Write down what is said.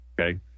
okay